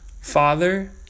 Father